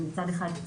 מצד אחד,